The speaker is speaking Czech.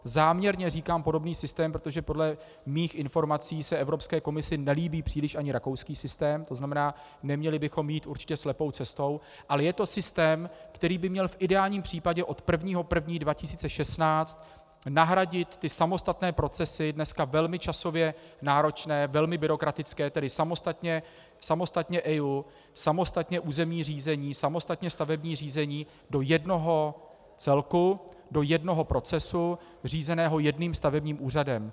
Záměrně říkám podobný systém, protože podle mých informací se Evropské komisi nelíbí příliš ani rakouský systém, to znamená, neměli bychom jít určitě slepou cestou, ale je to systém, který by měl v ideálním případě od 1. 1. 2016 nahradit samostatné procesy, dneska velmi časově náročné, velmi byrokratické, tedy samostatně EIA, samostatně územní řízení, samostatně stavební řízení do jednoho celku, do jednoho procesu řízeného jedním stavebním úřadem.